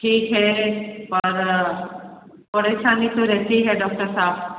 ठीक हैं और परेशानी तो रहती है डॉक्टर साहब